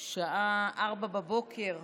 04:00,